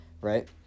Right